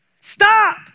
Stop